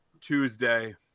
Tuesday